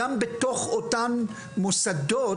גם בתוך אותם מוסדות,